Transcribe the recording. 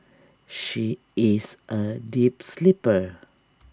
she is A deep sleeper